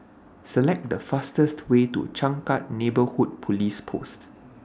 Select The fastest Way to Changkat Neighbourhood Police Post